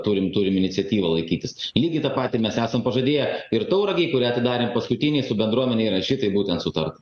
turim turim iniciatyvą laikytis lygiai tą patį mes esam pažadėję ir tauragei kurią atidarėm paskutinį su bendruomene yra šitaip būtent sutarta